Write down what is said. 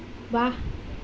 ৱাহ